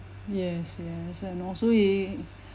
yes yes and also